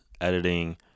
editing